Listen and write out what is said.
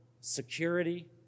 security